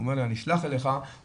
הוא אומר לו: אני אשלח אליך ובתנאי